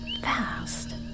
fast